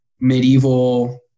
Medieval